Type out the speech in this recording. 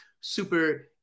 super